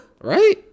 Right